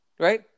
Right